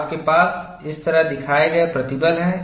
आपके पास इस तरह दिखाए गए प्रतिबल हैं